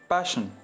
Passion